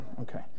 okay